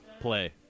play